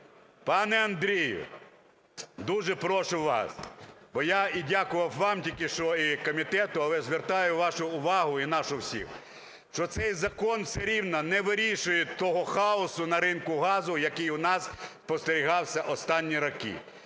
Пане Андрію, дуже прошу вас, бо я і дякував вам тільки що, і комітету, але звертаю вашу увагу, і нашу всіх, що цей закон все рівно не вирішує того хаосу на ринку газу, який у нас спостерігався останні роки.